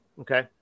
Okay